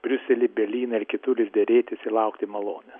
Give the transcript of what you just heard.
briuselį berlyną ir kitur ir derėtis ir laukti malonės